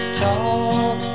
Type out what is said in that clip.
talk